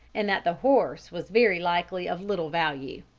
and that the horse was very likely of little value.